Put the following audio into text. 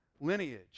lineage